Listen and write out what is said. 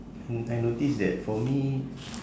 and I notice that for me